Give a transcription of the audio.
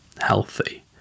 healthy